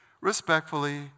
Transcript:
respectfully